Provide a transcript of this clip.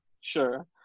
Sure